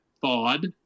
thawed